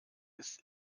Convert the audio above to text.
ist